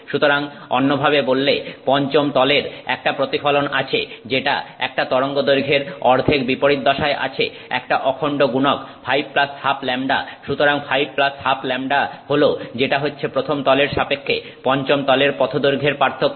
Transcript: সুতরাং অন্যভাবে বললে পঞ্চম তলের একটা প্রতিফলন আছে যেটা একটা তরঙ্গদৈর্ঘ্যের অর্ধেক বিপরীত দশায় আছে একটা অখন্ড গুণক 5 ½ λ সুতরাং 5 ½ λ হল যেটা হচ্ছে প্রথম তলের সাপেক্ষে পঞ্চম তলের পথ দৈর্ঘ্যের পার্থক্য